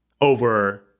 over